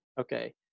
okay